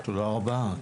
תודה רבה.